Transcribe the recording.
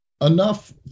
enough